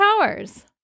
powers